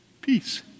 peace